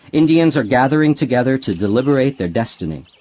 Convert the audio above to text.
indians are gathering together to deliberate their destiny.